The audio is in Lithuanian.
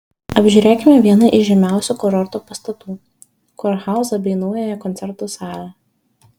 apžiūrėkime vieną iš žymiausių kurorto pastatų kurhauzą bei naująją koncertų salę